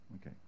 okay